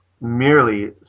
merely